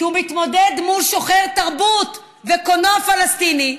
כי הוא מתמודד מול שוחר תרבות וקולנוע פלסטיני,